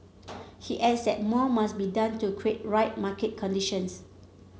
he adds that more must be done to create right market conditions